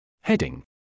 Heading